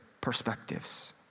perspectives